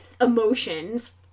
emotions